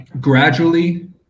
gradually